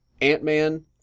Ant-Man